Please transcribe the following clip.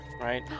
right